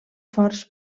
forts